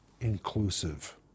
inclusive